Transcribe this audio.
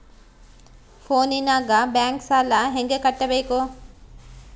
ಫೋನಿನಾಗ ಬ್ಯಾಂಕ್ ಸಾಲ ಹೆಂಗ ಕಟ್ಟಬೇಕು?